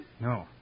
No